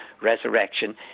resurrection